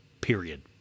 period